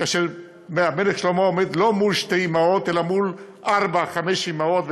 כאשר המלך שלמה עומד לא מול שתי אימהות אלא מול ארבע-חמש אימהות,